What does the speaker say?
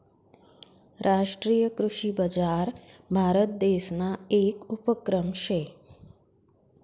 राष्ट्रीय कृषी बजार भारतदेसना येक उपक्रम शे